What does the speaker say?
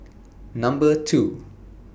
Number two